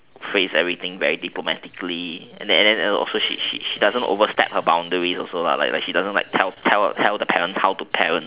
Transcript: phrase everything very diplomatically and then she also doesn't over step her boundary also lah she also doesn't tell the parent how to parent